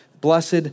blessed